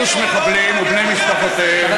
שגירוש מחבלים ובני משפחותיהם,